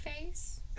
face